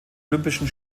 olympischen